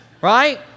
right